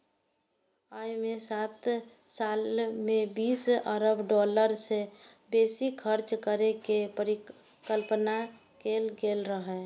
अय मे सात साल मे बीस अरब डॉलर सं बेसी खर्च करै के परिकल्पना कैल गेल रहै